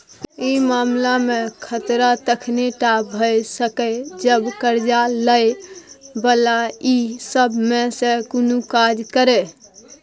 ई मामला में खतरा तखने टा भेय सकेए जब कर्जा लै बला ई सब में से कुनु काज करे